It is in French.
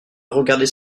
regardait